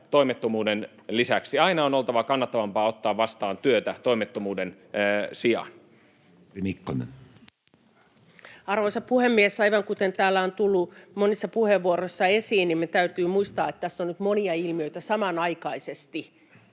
toimettomuuden lisäksi. Aina on oltava kannattavampaa ottaa vastaan työtä toimettomuuden sijaan. Ministeri Mikkonen. Arvoisa puhemies! Aivan kuten täällä on tullut monissa puheenvuoroissa esiin, niin meidän täytyy muistaa, että tässä on nyt monia ilmiöitä samanaikaisesti.